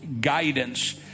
guidance